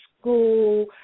school